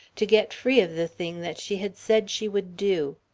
to get free of the thing that she had said she would do.